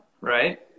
right